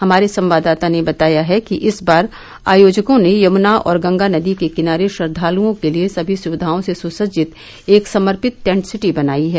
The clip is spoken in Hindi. हमारे संवाददाता ने बताया है कि इस बार आयोजकों ने यमुना और गंगा नदी के किनारे श्रद्वालओं के लिए सभी सुक्विाओं से सुसज्जित एक समर्पित टन्ट्स सिटी बनाई है